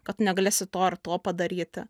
kad tu negalėsi to ir to padaryti